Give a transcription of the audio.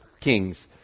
Kings